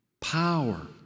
Power